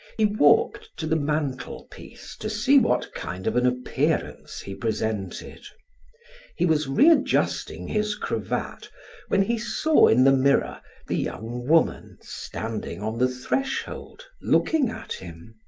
he walked to the mantelpiece to see what kind of an appearance he presented he was readjusting his cravat when he saw in the mirror the young woman standing on the threshold looking at him.